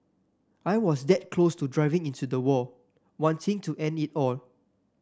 I was that close to driving into the wall wanting to end it all